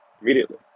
immediately